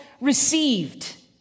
received